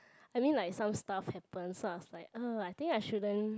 I mean like some stuff happened so I was like uh I think I shouldn't